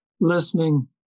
listening